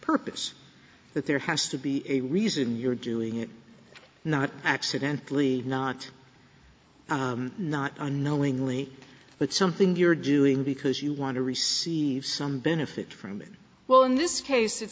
purpose but there has to be a reason you're doing it not accidentally not not unknowingly but something you're doing because you want to receive some benefit from it well in this case it